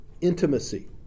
intimacy